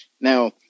Now